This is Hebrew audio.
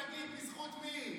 תגיד בזכות מי.